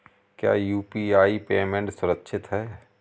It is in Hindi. क्या यू.पी.आई पेमेंट सुरक्षित है?